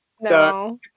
no